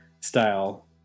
style